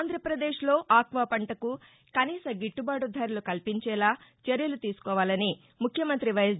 ఆంధ్రప్రదేశ్లో ఆక్వా పంటకు కనీస గిట్టుబాటు ధరలు కల్పించేలా చర్యలు తీసుకోవాలని ముఖ్యమంత్రి వైఎస్